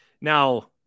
Now